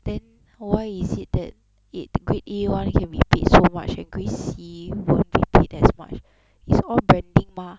then why is it that A grade A one can be paid so much and grade C won't be paid as much it's all branding mah